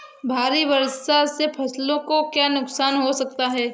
भारी बारिश से फसलों को क्या नुकसान हो सकता है?